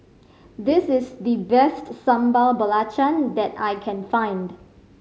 this is the best Sambal Belacan that I can find